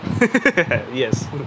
Yes